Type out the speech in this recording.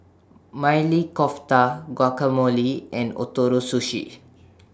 Maili Kofta Guacamole and Ootoro Sushi